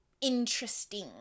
interesting